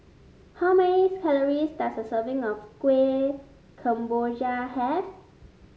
how many calories does a serving of Kueh Kemboja have